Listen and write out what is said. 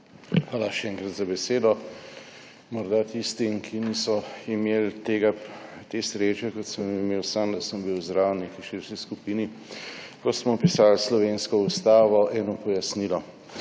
Hvala še enkrat za besedo. Morda tistim, ki niso imeli te sreče, kot sem jo imel sam, da sem bil zraven v neki širši skupini, ko smo pisali slovensko ustavo, eno pojasnilo.